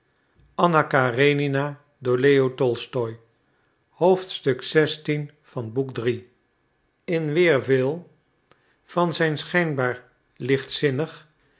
in weerwil van zijn schijnbaar lichtzinnig